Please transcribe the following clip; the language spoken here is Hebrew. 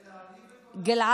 זה להעליב את עולם הגברים,